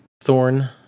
Thorn